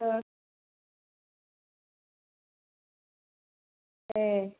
ആ ഏ